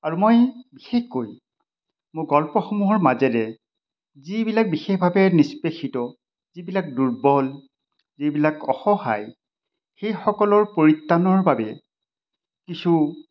আৰু মই বিশেষকৈ মোৰ গল্পসমূহৰ মাজেৰে যিবিলাক বিশেষভাৱে নিষ্পেষিত যিবিলাক দুৰ্বল যিবিলাক অসহায় সেইসকলৰ পৰিত্ৰাণৰ বাবে কিছু